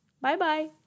Bye-bye